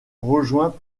rejoint